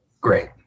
great